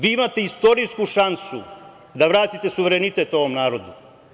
Vi imate istorijsku šansu da vratite suverenitet ovom narodu.